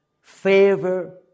favor